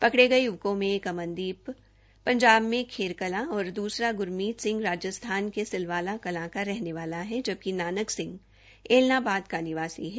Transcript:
पकड़े गये य्वकों में एक अमनदीप पंजाब में खेरकलां औ द्सरा ग्रमीत सिंह राजस्थान के सिलवालाकलां का रहने वाला है जबकि नानक सिंह ऐलानाबाद का निवासी है